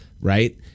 right